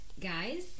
Guys